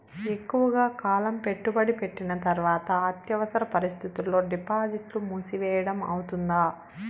ఎక్కువగా కాలం పెట్టుబడి పెట్టిన తర్వాత అత్యవసర పరిస్థితుల్లో డిపాజిట్లు మూసివేయడం అవుతుందా?